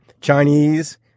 Chinese